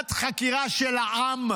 ועדת חקירה של העם.